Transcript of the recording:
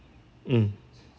mm